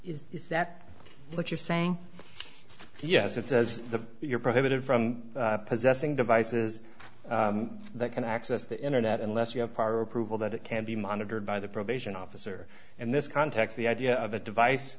is that what you're saying yes it says the you're prohibited from possessing devices that can access the internet unless you have prior approval that it can be monitored by the probation officer in this context the idea of a device